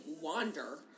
wander